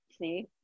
see